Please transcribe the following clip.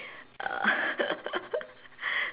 err